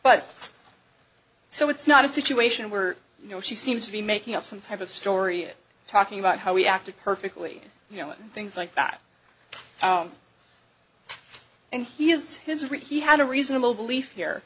but so it's not a situation where you know she seems to be making up some type of story talking about how he acted perfectly you know and things like that and he used his really he had a reasonable belief here